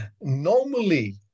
normally